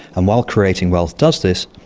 and while creating wealth does this,